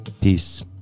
peace